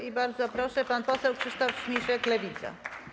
I bardzo proszę, pan poseł Krzysztof Śmiszek, Lewica.